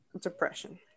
depression